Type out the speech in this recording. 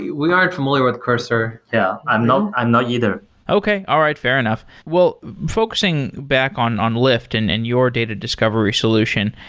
we aren't familiar with cursor. yeah. i'm not i'm not either okay. all right. fair enough. well, focusing back on on lyft and and your data discovery solution,